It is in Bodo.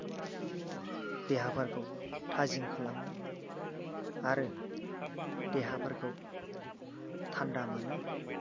देहाफोरखौ थाजिम खालामनो आरो देहाफोरखौ थानदा मोनो